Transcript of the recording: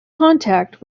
contact